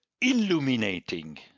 illuminating